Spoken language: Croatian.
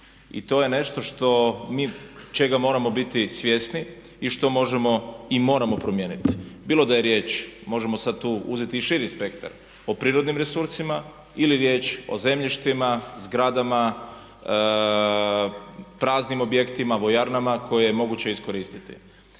i to je nešto što mi, čega moramo biti svjesni i što možemo i moramo promijeniti. Bilo da je riječ možemo sad tu uzeti i širi spektar o prirodnim resursima ili riječ o zemljištima, zgradama, praznim objektima, vojarnama koje je moguće iskoristiti.